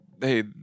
hey